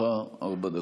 לרשותך ארבע דקות.